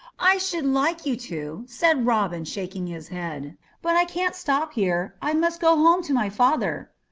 i should like you to, said robin, shaking his head but i can't stop here. i must go home to my father.